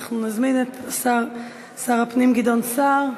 אנחנו נזמין את שר הפנים גדעון סער.